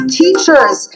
teachers